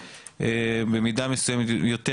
במידה מסוימת יותר